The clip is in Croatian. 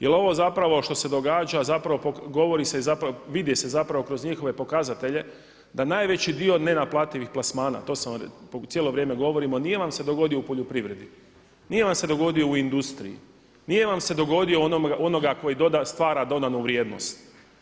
Jer ovo zapravo što se događa zapravo govori se, i vidi se zapravo kroz njihove pokazatelje da najveći dio nenaplativih plasmana, to cijelo vrijeme govorimo, nije vam se dogodio u poljoprivredi, nije vam se dogodio u industriji, nije vam se dogodio onome koji stvara dodanu vrijednost.